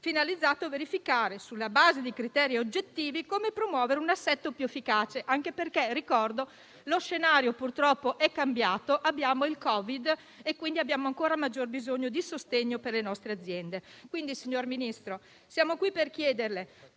finalizzato a verificare, sulla base di criteri oggettivi, come promuovere un assetto più efficace. Ricordo infatti che lo scenario purtroppo è cambiato, c'è il Covid-19, quindi abbiamo ancora maggiore bisogno di sostegno per le nostre aziende. Pertanto, signor Ministro, siamo qui per chiederle